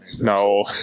No